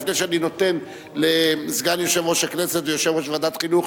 לפני שאני נותן לסגן יושב-ראש הכנסת ויושב-ראש ועדת החינוך,